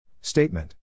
Statement